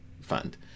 fund